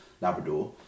Labrador